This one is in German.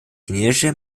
chinesische